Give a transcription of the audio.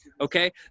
Okay